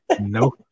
no